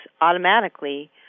automatically